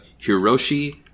Hiroshi